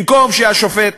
במקום שהשופט,